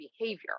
behavior